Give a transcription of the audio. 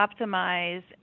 optimize